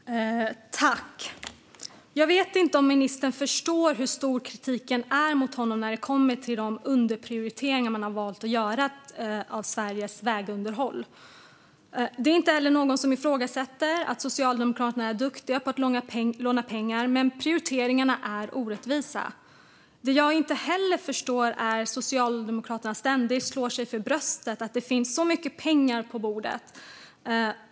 Fru talman! Jag vet inte om ministern förstår hur stor kritiken mot honom är när det gäller de underprioriteringar man valt att göra av Sveriges vägunderhåll. Det är ingen som ifrågasätter att Socialdemokraterna är duktiga på att låna pengar, men prioriteringarna är orättvisa. Det jag inte förstår är varför Socialdemokraterna ständigt slår sig för bröstet för att det finns så mycket pengar på bordet.